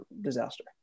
disaster